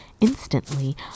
Instantly